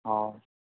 हा